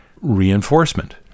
reinforcement